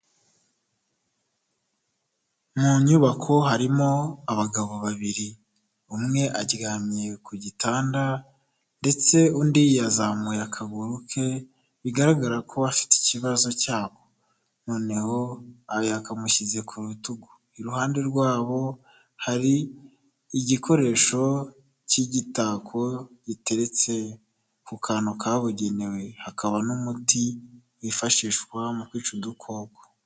Mu nyubako harimo abagabo babiri, umwe aryamye ku gitanda ndetse undi yazamuye akaguru ke bigaragara ko afite ikibazo cyako, noneho yakamushyize ku rutugu. Iruhande rwabo hari igikoresho cy'igitako giteretse ku kantu kabugenewe, hakaba n'umuti wifashishwa mu kwica udukoko.